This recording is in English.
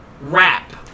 Rap